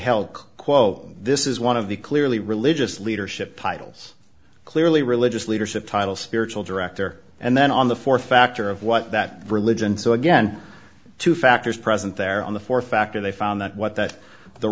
held quote this is one of the clearly religious leadership titles clearly religious leaders have title spiritual director and then on the fourth factor of what that religion so again two factors present there on the fourth factor they found that what th